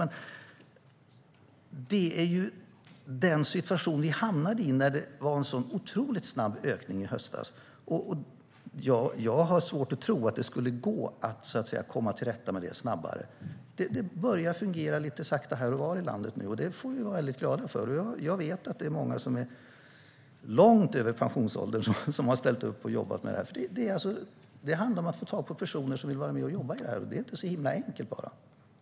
Men vi hamnade i den situationen när det var en sådan otroligt snabb ökning i höstas. Jag har svårt att tro att det skulle gå att komma till rätta med detta snabbare. Det börjar att fungera lite sakta här och var i landet, och det får vi vara glada för. Jag vet att många som är långt över pensionsåldern ställer upp och jobbar med detta. Det handlar ju om att få tag på personer som kan vara med och jobba med detta, och det är inte så himla enkelt.